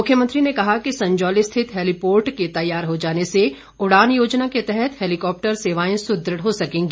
मुख्यमंत्री ने कहा कि संजौली स्थित हैलीपोर्ट के तैयार हो जाने से उड़ान योजना के तहत हैलीकॉप्टर सेवाएं सुदृढ़ हो सकेंगी